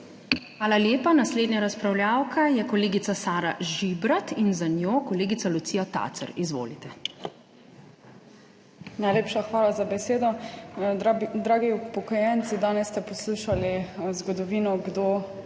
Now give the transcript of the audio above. Hvala lepa. Naslednja razpravljavka je kolegica Sara Žibrat in za njo kolegica Lucija Tacer. Izvolite. SARA ŽIBRAT (PS Svoboda): Najlepša hvala za besedo. Dragi upokojenci, danes ste poslušali zgodovino, kdo